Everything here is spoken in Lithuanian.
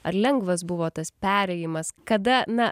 ar lengvas buvo tas perėjimas kada na